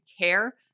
care